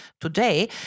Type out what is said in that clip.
today